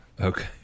okay